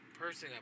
person